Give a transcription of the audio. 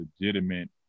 legitimate